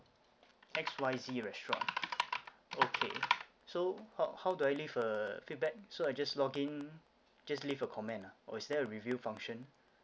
X Y Z restaurant okay so how how do I leave a feedback so I just login just leave a comment ah or is there a review function